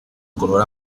color